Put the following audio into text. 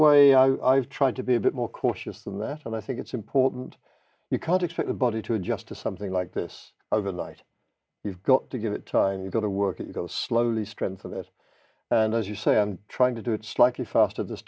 way i've tried to be a bit more cautious than that and i think it's important you can't expect a body to adjust to something like this overnight you've got to give it time you go to work you go slow the strength of it and as you say i'm trying to do it's like a fast of this